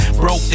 broke